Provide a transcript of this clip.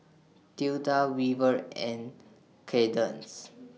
Tilda Weaver and Cadence